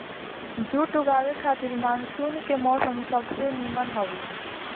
जुट उगावे खातिर मानसून के मौसम सबसे निमन हवे